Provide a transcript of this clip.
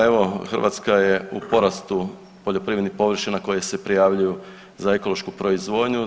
Pa evo Hrvatska je u porastu poljoprivrednih površina koje se prijavljuju za ekološku proizvodnju.